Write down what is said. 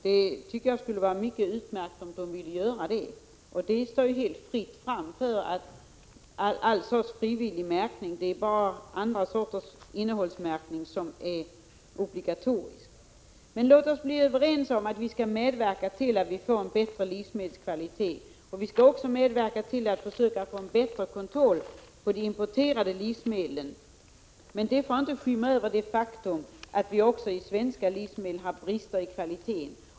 Det skulle vara utmärkt om de vill göra det. Det är helt fritt fram för alla sorters frivillig märkning. Det är bara innehållsdeklarationen som är obligatorisk. Låt oss bli överens om att vi skall medverka till att vi får en bättre livsmedelskvalitet. Vi skall också medverka till att försöka få bättre kontroll av importerade livsmedel. Men det får inte undanskymma det faktum att också svenska livsmedel har brister i kvaliteten.